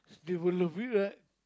they will love it right